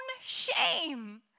shame